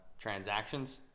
transactions